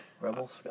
Rebel